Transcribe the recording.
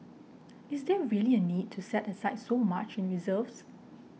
is there really a need to set aside so much in reserves